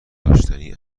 داشتنی